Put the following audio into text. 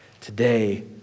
today